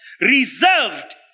reserved